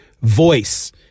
voice